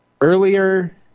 Earlier